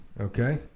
Okay